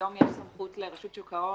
שהיום יש סמכות לרשות שוק ההון,